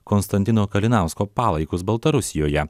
konstantino kalinausko palaikus baltarusijoje